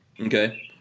Okay